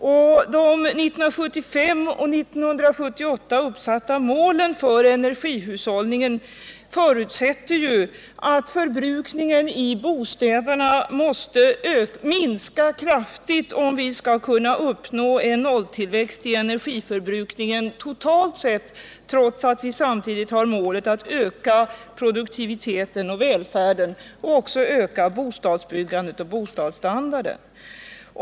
De 1975 och 1978 uppsatta målen för energihushållningen förutsätter ju att förbrukningen i bostäderna måste minska kraftigt, om vi skall kunna uppnå en nolltillväxt i energiförbrukningen totalt sett, trots att vi samtidigt har målet att öka produktiviteten och välfärden, ävensom att öka bostadsbyggandet och höja bostadsstandarden.